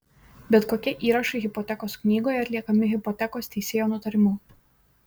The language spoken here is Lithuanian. bet kokie įrašai hipotekos knygoje atliekami hipotekos teisėjo nutarimu